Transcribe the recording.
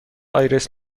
آیرس